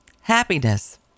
happiness